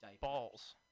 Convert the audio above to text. balls